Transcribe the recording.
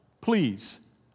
please